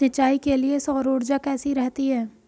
सिंचाई के लिए सौर ऊर्जा कैसी रहती है?